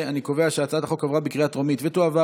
אני קובע שהצעת החוק עברה בקריאה טרומית ותועבר